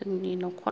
जोंनि न'खर